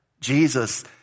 Jesus